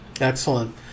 Excellent